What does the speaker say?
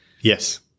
Yes